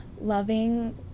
Loving